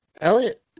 Elliot